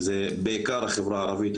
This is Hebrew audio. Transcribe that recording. וזה בעיקר החברה הערבית,